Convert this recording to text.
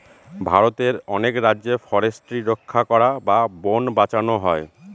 ভারতের অনেক রাজ্যে ফরেস্ট্রি রক্ষা করা বা বোন বাঁচানো হয়